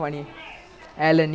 யாரு யாரு:yaaru yaaru alan ah